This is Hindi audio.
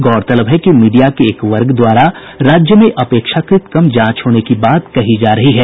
गौरतलब है कि मीडिया के एक वर्ग द्वारा राज्य में अपेक्षाकृत कम जांच होने की बात कही जा रही है